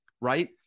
right